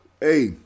Hey